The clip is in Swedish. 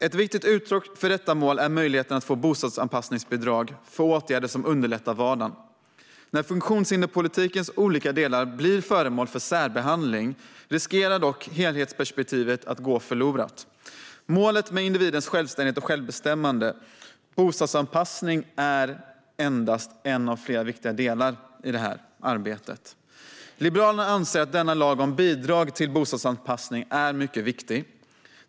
Ett viktigt uttryck för detta mål är möjligheten att få bostadsanpassningsbidrag för åtgärder som underlättar vardagen. När funktionshinderspolitikens olika delar blir föremål för särbehandling riskerar dock helhetsperspektivet att gå förlorat. Målet är individens självständighet och självbestämmande. Bostadsanpassning är endast en av flera viktiga delar i detta arbete. Liberalerna anser att denna lag om bidrag till bostadsanpassning är mycket viktig.